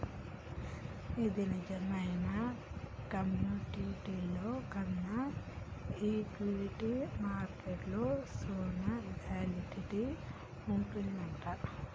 ఇది నిజమేనా కమోడిటీల్లో కన్నా ఈక్విటీ మార్కెట్లో సాన వోల్టాలిటీ వుంటదంటగా